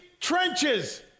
trenches